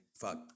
fuck